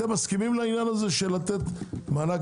אתם מסכימים לעניין הזה של לתת מענק